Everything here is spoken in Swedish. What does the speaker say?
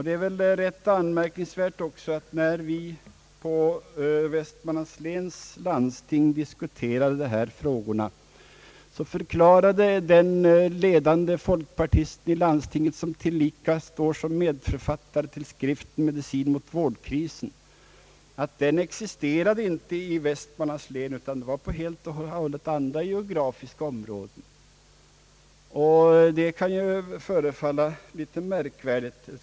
Det är också anmärkningsvärt att när vi på Västmanlands läns landsting diskuterade dessa frågor, så förklarade den ledande folkpartisten i landstinget, som tillika står som medförfattare till skriften Medicin mot vårdkrisen, att någon sådan inte existerade i Västmanlands län utan i helt andra geografiska områden. Det kan förefalla litet underligt.